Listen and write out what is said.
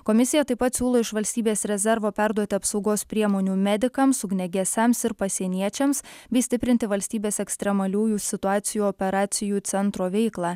komisija taip pat siūlo iš valstybės rezervo perduoti apsaugos priemonių medikams ugniagesiams ir pasieniečiams bei stiprinti valstybės ekstremaliųjų situacijų operacijų centro veiklą